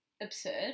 absurd